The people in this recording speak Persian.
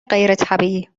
غیرطبیعی